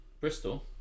Bristol